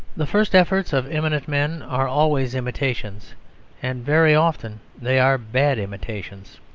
the first efforts of eminent men are always imitations and very often they are bad imitations.